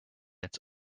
its